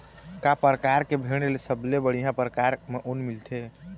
का परकार के भेड़ ले सबले बढ़िया परकार म ऊन मिलथे?